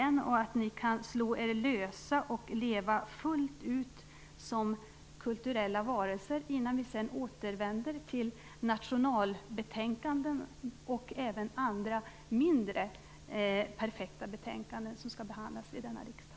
Jag önskar också att ni kan slå er lösa och leva fullt ut som kulturella varelser innan vi återvänder till nationalbetänkanden, liksom till andra, mindre perfekta betänkanden, som skall behandlas i denna riksdag.